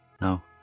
No